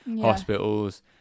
Hospitals